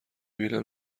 بینن